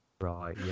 Right